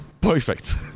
Perfect